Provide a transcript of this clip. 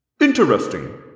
Interesting